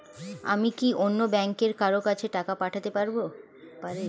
আমি কি অন্য ব্যাংকের কারো কাছে টাকা পাঠাতে পারেব?